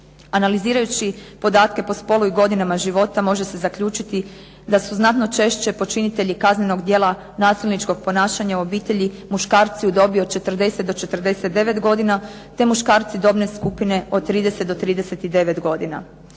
Analizirajući podatke po spolu i godinama života može se zaključiti da su znatno češće počinitelji kaznenog djela nasilničkog ponašanja u obitelji muškarci u dobi od 40 do 49 godina, te muškarci dobne skupine od 30 do 39 godina.